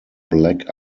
black